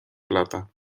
plata